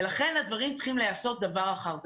לכן הדברים צריכים להיעשות דבר אחר דבר.